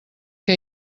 què